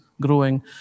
growing